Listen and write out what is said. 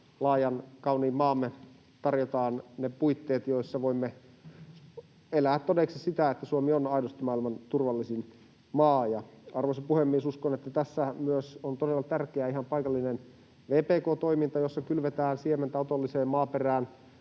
laajan kauniin maamme tarjotaan ne puitteet, joissa voimme elää todeksi sitä, että Suomi on aidosti maailman turvallisin maa. Arvoisa puhemies! Uskon, että tässä myös on todella tärkeää ihan paikallinen vpk-toiminta, jossa kylvetään siementä otolliseen maaperään